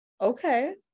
Okay